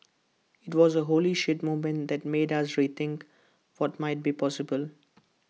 IT was A 'holy shit' moment that made us rethink what might be possible